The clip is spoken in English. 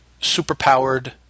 superpowered